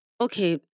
Okay